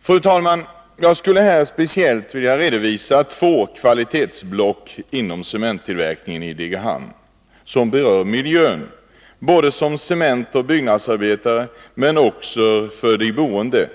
Fru talman! Jag skulle här speciellt vilja redovisa två kvalitetsblock inom cementtillverkningen i Degerhamn som berör miljön, både för cementoch byggnadsarbetare och för de boende.